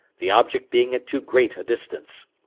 the object being at too great a distance.